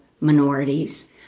minorities